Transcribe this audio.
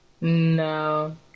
No